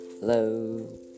hello